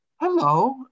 hello